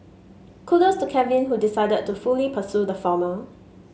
kudos to Kevin who decided to fully pursue the former